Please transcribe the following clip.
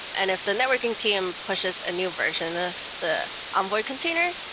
and if the networking team pushes a new version of the envoy container,